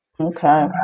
Okay